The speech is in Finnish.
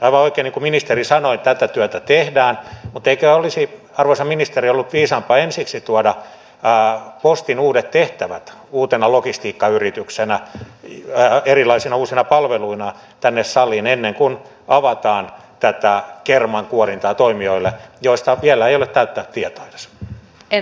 niin kuin ministeri sanoi aivan oikein tätä työtä tehdään mutta eikö olisi arvoisa ministeri ollut viisaampaa ensiksi tuoda postin uudet tehtävät uutena logistiikkayrityksenä erilaisina uusina palveluina tänne saliin ennen kuin avataan tätä kermankuorintaa toimijoille joista vielä ei ole täyttä tietoa edes